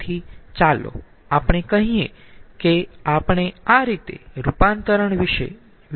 તેથી ચાલો આપણે કહીયે કે આપણે આ રીતે રૂપાંતરણ વિશે વિચારી રહ્યા છીએ